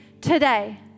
today